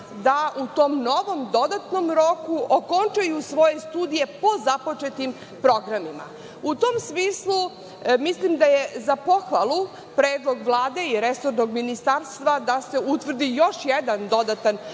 da u tom novom dodatnom roku okončaju svoje studije po započetim programima. U tom smislu mislim da je za pohvalu predlog Vlade i resornog Ministarstva da se utvrdi još jedan dodatan